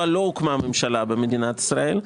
הממשלה במדינת ישראל,